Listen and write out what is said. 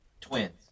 twins